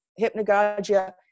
hypnagogia